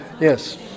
Yes